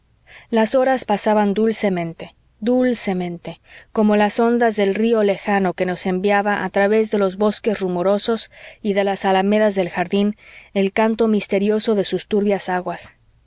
las horas pasaban dulcemente dulcemente como las ondas del río lejano que nos enviaba a través de los bosques rumorosos y de las alamedas del jardín el canto misterioso de sus turbias aguas